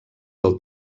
del